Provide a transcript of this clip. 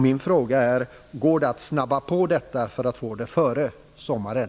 Min fråga är: Går det att snabba på detta för att få fram det före sommaren?